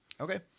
Okay